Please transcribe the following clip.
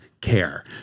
care